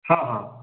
हा हा